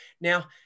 Now